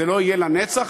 זה לא יהיה לנצח,